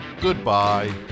Goodbye